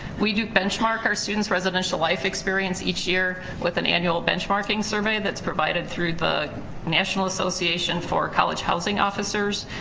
we do benchmark our students' residential life experience each year with an annual benchmarking survey that's provided through the national association for college housing officers,